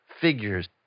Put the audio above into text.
figures